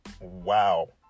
Wow